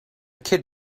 kid